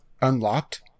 unlocked